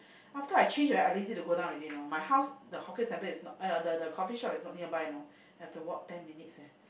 after I change already I lazy to go down already you know my house the hawker centre is not !aiya! the the coffee shop is not nearby you know have to walk ten minutes leh